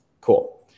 cool